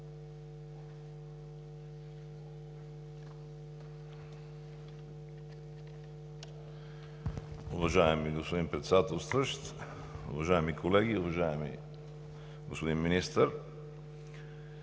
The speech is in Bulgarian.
Уважаеми господин Председател, уважаеми колеги! Уважаеми господин Министър,